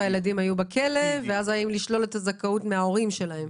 הילדים היו בכלא ואז נשאלה השאלה האם לשלול את הזכאות מההורים שלהם.